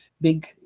big